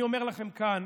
ואני אומר לכם כאן,